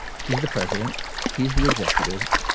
he's the president he's the executive.